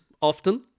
often